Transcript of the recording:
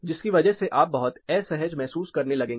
जिसकी वजह से आप बहुत असहज महसूस करने लगेंगे